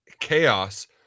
Chaos